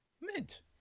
mint